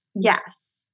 Yes